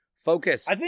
Focus